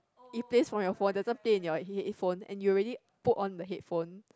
it plays from your phone doesn't play in your headphone and you already put on the headphone